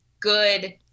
good